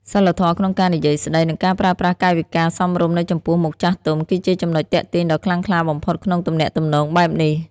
សីលធម៌ក្នុងការនិយាយស្តី និងការប្រើប្រាស់កាយវិការសមរម្យនៅចំពោះមុខចាស់ទុំ គឺជាចំណុចទាក់ទាញដ៏ខ្លាំងក្លាបំផុតក្នុងទំនាក់ទំនងបែបនេះ។